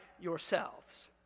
yourselves